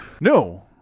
No